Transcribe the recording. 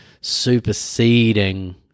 superseding